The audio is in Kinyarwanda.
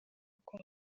uko